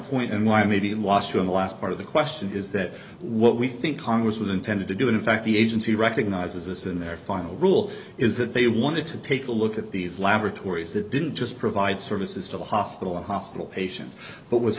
point and why maybe last year in the last part of the question is that what we think congress was intended to do in fact the agency recognizes this in their final rule is that they wanted to take a look at these laboratories that didn't just provide services to a hospital hospital patients but was